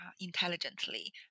intelligently